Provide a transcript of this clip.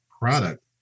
product